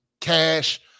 cash